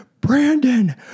Brandon